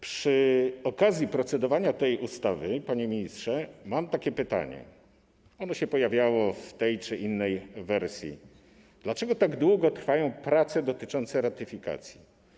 Przy okazji procedowania nad tą ustawą, panie ministrze, mam takie pytanie, ono się pojawiało w tej czy innej wersji: Dlaczego tak długo trwają prace dotyczące ratyfikacji?